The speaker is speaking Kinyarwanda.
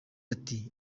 ati